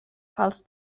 fals